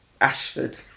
Ashford